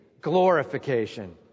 glorification